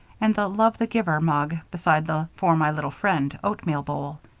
and the love-the-giver mug beside the for my little friend oatmeal bowl.